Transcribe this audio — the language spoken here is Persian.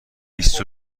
بیست